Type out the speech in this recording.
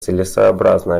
целесообразно